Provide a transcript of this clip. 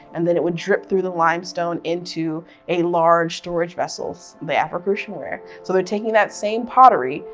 and then it would drip through the limestone into a large storage vessel the afro-crucian ware. so they're taking that same pottery,